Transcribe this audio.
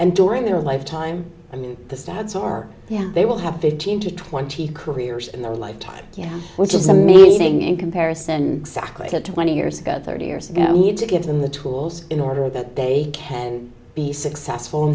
and during their lifetime i mean the stats are yeah they will have fifteen to twenty careers in their lifetime you know which is a meeting in comparison sackler twenty years ago thirty years ago he had to give them the tools in order that they can be successful